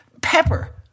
pepper